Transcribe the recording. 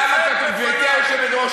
תתנצל בפניו.